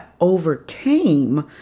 overcame